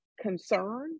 concern